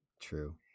True